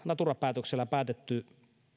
natura päätöksellä päätetty